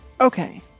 Okay